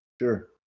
Sure